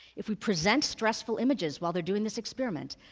if we present stressful images while they're doing this experiment,